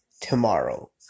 Tomorrow